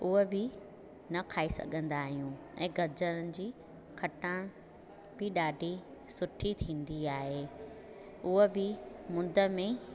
उहा बि न खाई सघंदा आहियूं ऐं गजरुनि जी खटाण बि ॾाढी सुठी थींदी आहे उहा बि मुद में